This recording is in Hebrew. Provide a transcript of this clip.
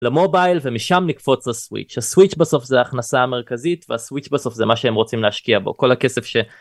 למובייל ומשם לקפוץ לסוויץ'. הסוויץ' בסוף זה הכנסה המרכזית והסוויץ בסוף זה מה שהם רוצים להשקיע בו כל הכסף ש.